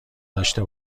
داشته